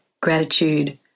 gratitude